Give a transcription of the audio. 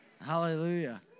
Hallelujah